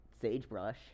sagebrush